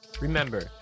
remember